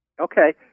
Okay